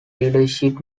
leadership